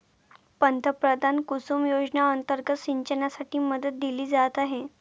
पंतप्रधान कुसुम योजना अंतर्गत सिंचनासाठी मदत दिली जात आहे